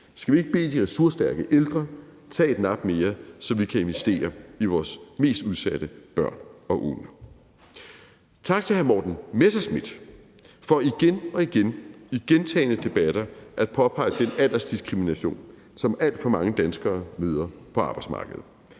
Skal vi ikke bede de ressourcestærke ældre om at tage et nap mere, så vi kan investere i vores mest udsatte børn og unge? Tak til hr. Morten Messerschmidt for igen og igen i gentagne debatter at påpege den aldersdiskrimination, som alt for mange danskere møder på arbejdsmarkedet.